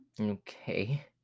Okay